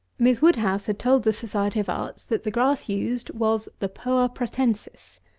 miss woodhouse had told the society of arts, that the grass used was the poa pratensis.